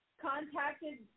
contacted